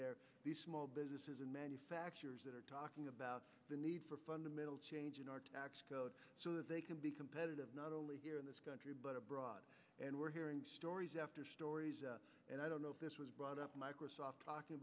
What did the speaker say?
there these small businesses and manufacturers that are talking about the need for fundamental change in our tax code so that they can be competitive not only here in this country but abroad and we're hearing stories after stories and i don't know if this was brought up